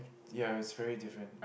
ya is very different